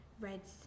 red's